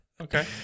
Okay